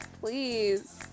please